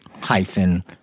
hyphen